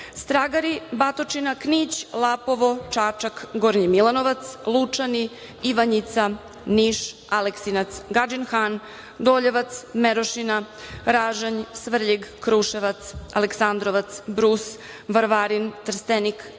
Stragari, Batočina, Knić, Lapovo, Čačak, Gornji Milanovac, Lučani, Ivanjica, Niš, Aleksinac, Gadžin Han, Doljevac, Merošina, Ražanj, Svrljig, Kruševac, Aleksandrovac, Brus, Varvarin, Trstenik,